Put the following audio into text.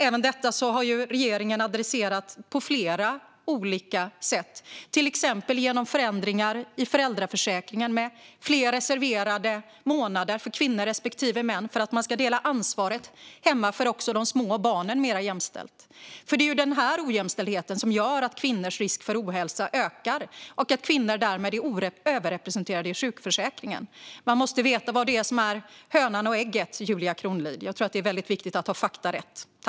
Regeringen har även adresserat detta på flera andra sätt, till exempel genom förändringar i föräldraförsäkringen med fler reserverade månader för kvinnor respektive män för att också ansvaret hemma för de små barnen ska delas mer jämställt. Det är ojämställdheten som gör att kvinnors risk för ohälsa ökar och att kvinnor därmed är överrepresenterade i sjukförsäkringen. Man måste veta vad som är hönan och ägget, Julia Kronlid. Det är viktigt att ha fakta rätt.